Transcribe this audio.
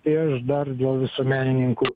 tai aš dar dėl visuomenininkų